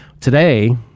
Today